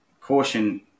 caution